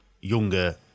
younger